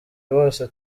bose